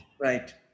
Right